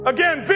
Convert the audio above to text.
Again